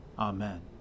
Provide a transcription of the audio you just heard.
Amen